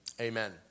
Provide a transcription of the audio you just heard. amen